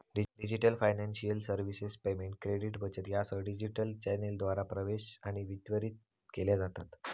digital financial services payment, credit, बचत यासह digital चॅनेलद्वारा प्रवेश आणि वितरित केल्या जातत